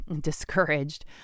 discouraged